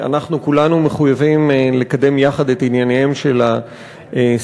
אנחנו כולנו מחויבים לקדם יחד את ענייניהם של הסטודנטים.